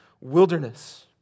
wilderness